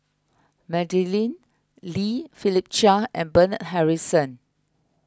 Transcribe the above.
Madeleine Lee Philip Chia and Bernard Harrison